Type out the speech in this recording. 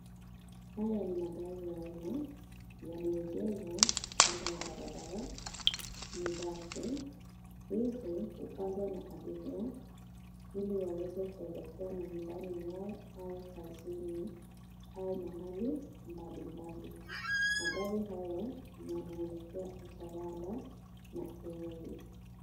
Haya ni magari ya umma, yameegeshwa kando ya barabara, ni basi hizi upandwa na abiria ili waweze kuelekea manyumbani mwao au kazini au mahali mbali mbali. Magari haya yanaelekea Utawala na Airways.